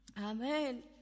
Amen